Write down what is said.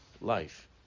life